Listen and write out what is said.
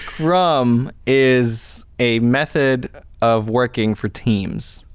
scrum is a method of working for teams.